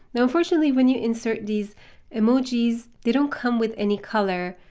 now unfortunately when you insert these emojis, they don't come with any color.